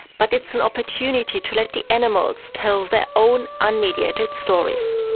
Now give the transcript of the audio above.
but it's an opportunity to let the animals tell their own unmediated stories.